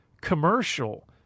commercial